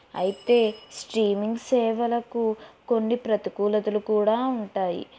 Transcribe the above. అయితే స్ట్రీమింగ్ సేవలకు కొన్ని ప్రతికూలతలు కూడా ఉంటాయి